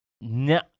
No